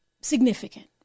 significant